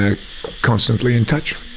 ah constantly in touch